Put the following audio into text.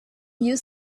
you